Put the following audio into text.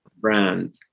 brand